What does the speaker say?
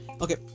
Okay